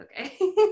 okay